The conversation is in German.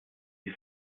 die